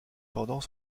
pendant